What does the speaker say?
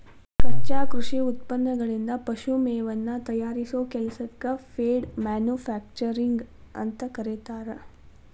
ಕಚ್ಚಾ ಕೃಷಿ ಉತ್ಪನ್ನಗಳಿಂದ ಪಶು ಮೇವನ್ನ ತಯಾರಿಸೋ ಕೆಲಸಕ್ಕ ಫೇಡ್ ಮ್ಯಾನುಫ್ಯಾಕ್ಚರಿಂಗ್ ಅಂತ ಕರೇತಾರ